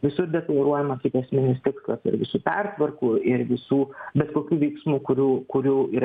visur deklaruojama kaip esminis tikslas ir visų pertvarkų ir visų bet kokių veiksmų kurių kurių yra